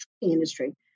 industry